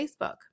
Facebook